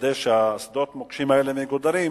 ויוודא ששדות המוקשים האלה מגודרים,